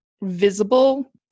visible